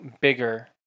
bigger